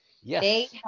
Yes